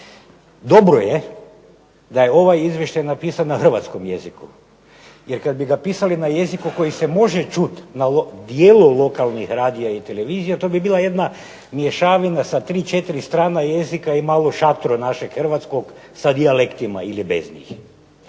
dobro je da je ovaj izvještaj napisan na hrvatskom jeziku, jer kada bi ga pisali na jeziku koji se može čuti na dijelu lokalnih radija i televizija to bi bila jedna mješavina sa tri, četiri strana jezika i malo šatro našeg hrvatskog sa dijalektima ili bez njih.